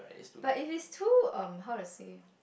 but if it's too um how to say